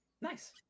Nice